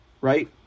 right